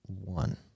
one